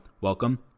welcome